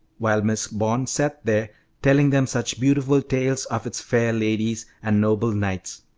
while miss bond sat there telling them such beautiful tales of its fair ladies and noble knights.